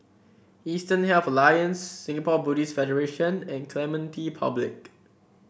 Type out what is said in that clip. Eastern Health Alliance Singapore Buddhist Federation and Clementi Public